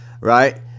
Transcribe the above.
right